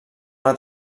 una